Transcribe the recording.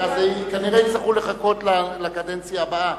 אז כנראה יצטרכו לחכות לקדנציה הבאה,